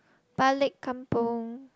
Balik kampung